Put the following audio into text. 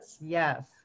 Yes